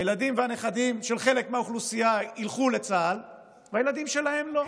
הילדים והנכדים של חלק מהאוכלוסייה ילכו לצה"ל והילדים שלהם לא.